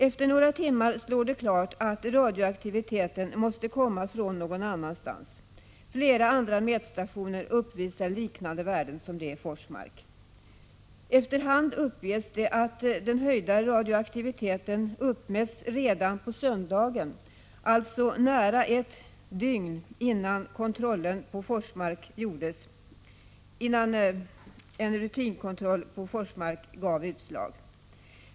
Efter några timmar stod det klart att radioaktiviteten måste komma från någon annan plats. Flera andra mätstationer visar värden liknande dem i Forsmark. Efter hand uppges det att den förhöjda radioaktiviteten uppmätts redan på söndagen, alltså nära ett dygn innan en rutinkontroll på Forsmark ger utslag.